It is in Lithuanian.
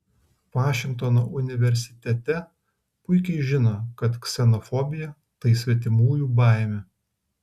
vašingtono universitete puikiai žino kad ksenofobija tai svetimųjų baimė